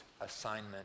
assignment